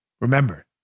Remember